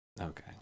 Okay